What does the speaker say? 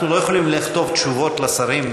אנחנו לא יכולים לכתוב תשובות לשרים,